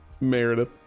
Meredith